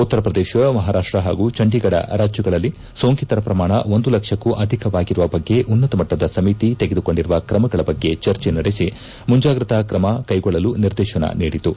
ಉತ್ತರ ಪ್ರದೇಶ ಮಪಾರಾಷ್ಟ ಪಾಗೂ ಚಂಡೀಗಢ ರಾಜ್ಯದಗಳಲ್ಲಿ ಸೋಂಕಿತರ ಪ್ರಮಾಣ ಒಂದು ಲಕ್ಷಕ್ಕೂ ಅಧಿಕವಾಗಿರುವ ಬಗ್ಗೆ ಉನ್ನತ ಮಟ್ಟದ ಸಮಿತಿ ತೆಗೆದುಕೊಂಡಿರುವ ತ್ರಮಗಳ ಬಗ್ಗೆ ಚರ್ಚೆ ನಡೆಸಿ ಮುಂಜಾಗ್ರತಾ ತ್ರಮ ಕೈಗೊಳ್ಳಲು ನಿರ್ದೇಶನ ನೀಡಿತು